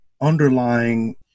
underlying